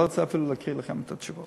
אני לא רוצה אפילו להקריא לכם את התשובות.